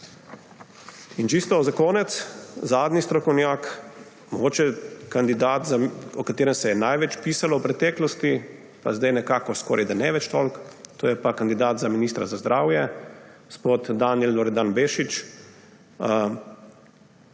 In čisto za konec, zadnji strokovnjak, mogoče kandidat, o katerem se je največ pisalo v preteklosti, pa zdaj nekako skorajda ne več toliko, to je pa kandidat za ministra za zdravje gospod Danijel Bešič